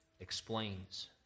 explains